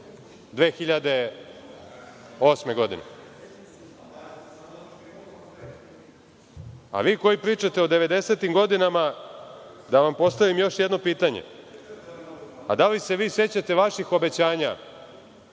2008. godine. Vi koji pričate o 90-im godinama, da vam postavim još jedno pitanje – da li se vi sećate vaših obećanja